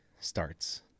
starts